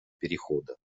перехода